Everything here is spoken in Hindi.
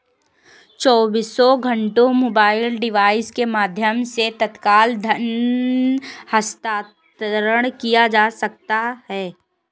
चौबीसों घंटे मोबाइल डिवाइस के माध्यम से तत्काल धन हस्तांतरण किया जा सकता है